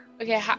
Okay